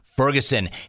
Ferguson